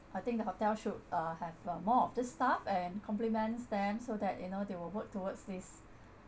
I think the hotel should uh have more of these staff and compliments them so that you know they will work towards this